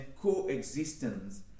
coexistence